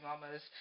mamas